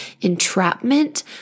entrapment